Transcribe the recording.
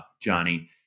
Johnny